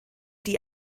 die